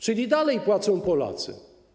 Czyli dalej płacą Polacy.